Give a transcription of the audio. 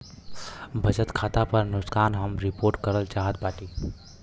बचत खाता पर नुकसान हम रिपोर्ट करल चाहत बाटी